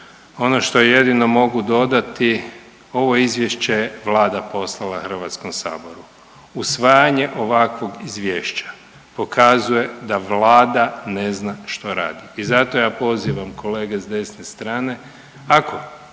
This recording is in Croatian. Ono što jedino mogu dodati, ovo Izvješće je Vlada poslala HS-u. Usvajanje ovakvog izvješća pokazuje da Vlada ne zna što radi i zato ja pozivam kolege s desne strane, a